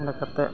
ᱚᱱᱟ ᱠᱟᱛᱮᱫ